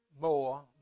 More